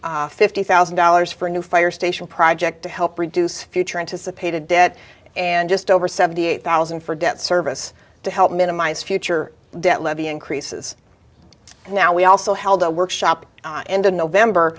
and fifty thousand dollars for a new fire station project to help reduce future anticipated debt and just over seventy eight thousand for debt service to help minimize future debt levy increases now we also held a workshop on end of november